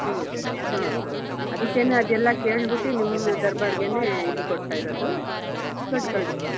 ಹ್ಞೂ ಹಾಂ ಹಾಂ ಅದಕ್ಕೇ ನಾ ಅದೆಲ್ಲ ಕೇಳ್ಬುಟ್ಟು ನಿಮ್ಮ ದರ್ಬಾರ್ಗೇನೇ ಇದು ಕೊಡ್ತಾ ಇರೋದು ಕೊಟ್ತು ಕಳಿಸಿ